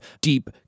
deep